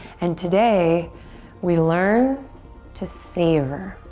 and today we learn to savor.